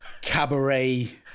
cabaret